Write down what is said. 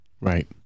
Right